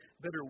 better